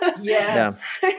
yes